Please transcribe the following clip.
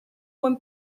buen